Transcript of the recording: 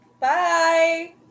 Bye